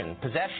possession